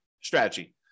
strategy